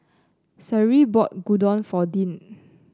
Cyril bought Gyudon for Dean